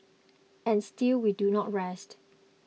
and still we do not rest